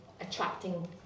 attracting